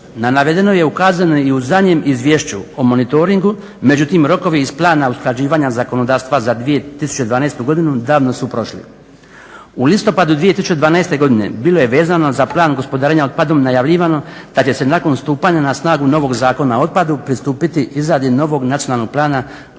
Na navedeno je ukazano i u zadnjem izvješću o Monitoringu međutim rokovi iz plana usklađivanja zakonodavstva za 2012. Godinu davno su prošli. U listopadu 2012. Godine bilo je vezano za plan gospodarenja otpadom najavljivano da će se nakon stupanja na snagu novog Zakona o otpadu pristupiti izradi novog nacionalnog plana